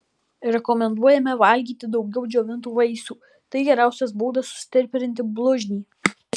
rekomenduojame valgyti daugiau džiovintų vaisių tai geriausias būdas sustiprinti blužnį